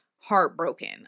heartbroken